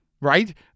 Right